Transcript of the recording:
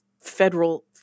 federal